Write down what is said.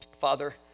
Father